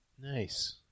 Nice